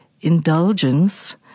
indulgence